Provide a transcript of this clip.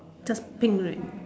just pink right